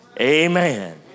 Amen